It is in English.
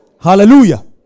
Hallelujah